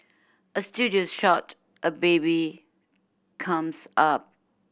a studio shot a baby comes up